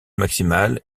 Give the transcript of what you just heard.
maximale